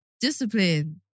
Discipline